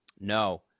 No